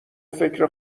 فکر